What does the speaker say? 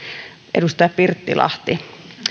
edustaja pirttilahti